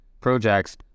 projects